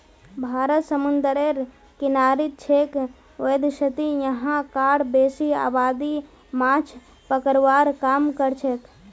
भारत समूंदरेर किनारित छेक वैदसती यहां कार बेसी आबादी माछ पकड़वार काम करछेक